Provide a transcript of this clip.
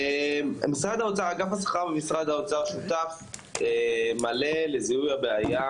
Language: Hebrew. אגף השכר במשרד האוצר שותף מלא לזיהוי הבעיה